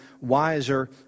wiser